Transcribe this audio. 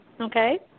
okay